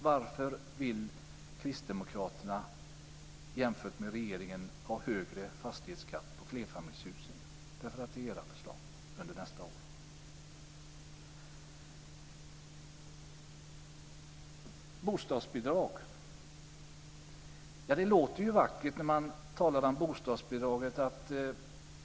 Varför vill kristdemokraterna, som talar så vackert om mångfald och annat, ha högre fastighetsskatt för flerfamiljshusen än vad regeringen vill? Det är ert förslag för nästa år. Sedan gäller det bostadsbidrag. Det låter ju vackert när man talar om bostadsbidraget.